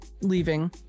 leaving